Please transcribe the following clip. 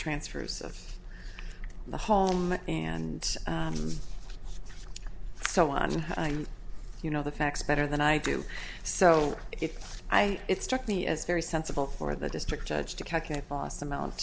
transfers of the home and so on you know the facts better than i do so if i it struck me as very sensible for the district judge to calculate boss amount